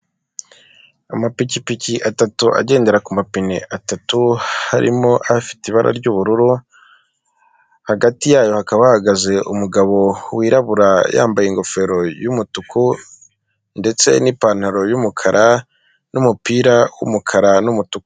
Amapikipiki atatu agendera ku mapine atatu, harimo afite ibara ry'ubururu, hagati yayo hakaba hahagaze umugabo wirabura yambaye ingofero y'umutuku ndetse n'ipantaro y'umukara n'umupira w'umukara n'umutuku.